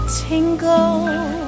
tingle